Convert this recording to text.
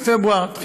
עודד פורר, בבקשה.